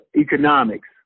economics